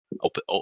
open